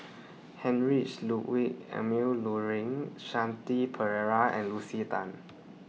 Heinrich Ludwig Emil Luering Shanti Pereira and Lucy Tan